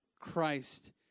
Christ